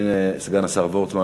הנה סגן השר וורצמן,